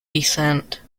descent